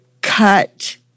cut